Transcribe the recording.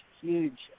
huge